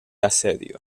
asedio